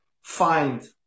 find